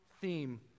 theme